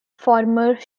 former